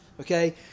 Okay